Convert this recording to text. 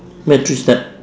what three tap